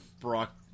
Brock